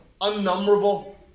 unnumberable